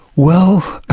well,